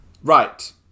Right